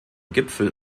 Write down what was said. gipfel